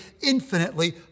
infinitely